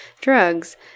drugs